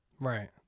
Right